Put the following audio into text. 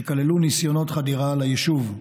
שכללו ניסיונות חדירה ליישוב,